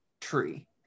tree